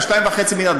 2.5 המיליארד,